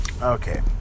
Okay